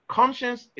conscience